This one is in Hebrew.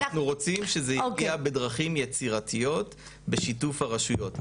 אנחנו רוצים שזה יגיע בדרכים יצירתיות בשיתוף הרשויות.